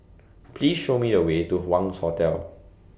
Please Show Me The Way to Wangz Hotel